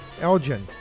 Elgin